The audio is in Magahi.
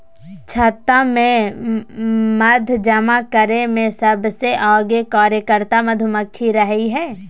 छत्ता में मध जमा करे में सबसे आगे कार्यकर्ता मधुमक्खी रहई हई